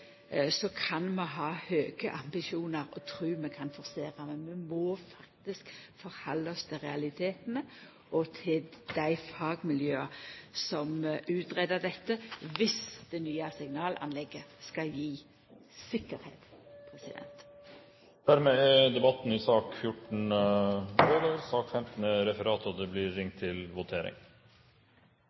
tru at vi kan forsera, men vi må faktisk halda oss til realitetane og dei fagmiljøa som greier ut dette, viss det nye siganalanlegget skal gje tryggleik. Dermed er debatten i sak nr. 14 over. Stortinget går nå til votering. Før vi går til votering,